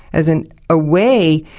as and a way